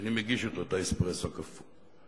כשאני מגיש אותו, את האספרסו הכפול.